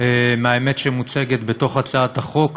מהאמת שמוצגת בתוך הצעת החוק.